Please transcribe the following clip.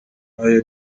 yahya